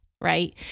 right